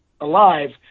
alive